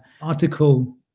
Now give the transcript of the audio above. article